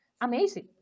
amazing